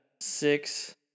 six